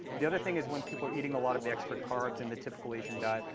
the other thing is when people are eating a lot of the extra carbs in the typical asian diet,